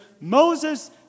Moses